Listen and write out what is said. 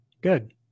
Good